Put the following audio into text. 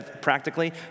practically